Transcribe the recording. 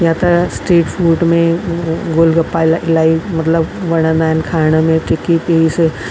या त street food में गोलगप्पा इ इलाही इलाही मतिलबु वणंदा आहिनि खाइण में टिकी पीस